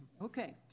Okay